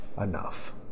enough